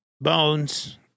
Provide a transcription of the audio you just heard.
Bones